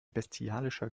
bestialischer